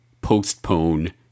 postpone